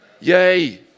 Yay